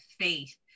faith